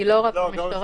היא לא רק במשטרה,